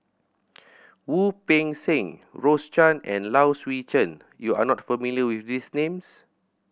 Wu Peng Seng Rose Chan and Low Swee Chen you are not familiar with these names